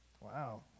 Wow